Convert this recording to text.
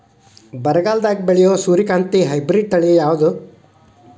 ಬರದಾಗ ಬೆಳೆಯೋ ಸೂರ್ಯಕಾಂತಿ ಹೈಬ್ರಿಡ್ ತಳಿ ಯಾವುದು?